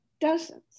dozens